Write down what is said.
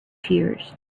tears